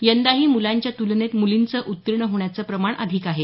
यंदाही मुलांच्या तुलनेत मूलींचं उर्त्तीण होण्याचं प्रमाण अधिक आहे